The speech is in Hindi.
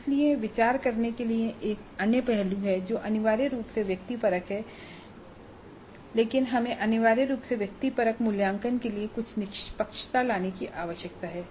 इसलिए विचार करने के लिए अन्य पहलू हैं जो अनिवार्य रूप से व्यक्तिपरक हैं लेकिन हमें अनिवार्य रूप से व्यक्तिपरक मूल्यांकन के लिए कुछ निष्पक्षता लाने की आवश्यकता है